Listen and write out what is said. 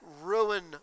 ruin